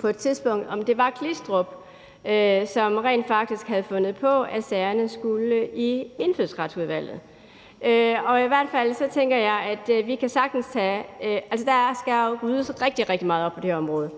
på et tidspunkt drøftede, om det var Mogens Glistrup, som rent faktisk havde fundet på, at sagerne skulle behandles i Indfødsretsudvalget. I hvert fald tænker jeg, at der skal ryddes rigtig, rigtig meget op på det her område,